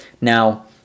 Now